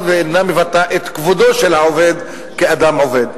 ואינה מבטאה את כבודו של העובד כאדם עובד.